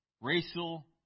racial